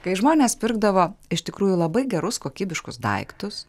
kai žmonės pirkdavo iš tikrųjų labai gerus kokybiškus daiktus